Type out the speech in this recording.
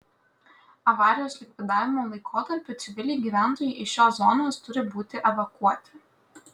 avarijos likvidavimo laikotarpiu civiliai gyventojai iš šios zonos turi būti evakuoti